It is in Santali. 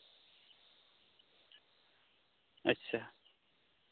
ᱟᱪᱪᱷᱟ